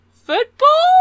football